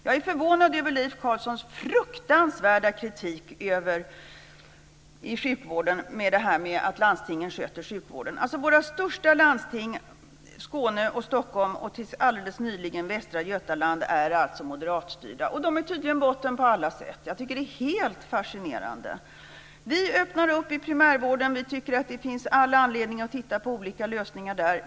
Jag är förvånad över Leif Carlsons fruktansvärda kritik mot att landstingen sköter sjukvården. Våra största landsting Skåne, Stockholm och tills alldeles nyligen Västra Götaland är moderatstyrda. Och de är tydligen botten på alla sätt. Jag tycker att det är helt fascinerande. Vi öppnar upp i primärvården. Vi tycker att det finns all anledning att titta på olika lösningar där.